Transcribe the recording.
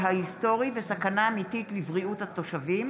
ההיסטורי וסכנה אמיתית לבריאות התושבים,